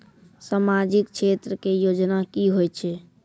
समाजिक क्षेत्र के योजना की होय छै?